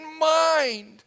mind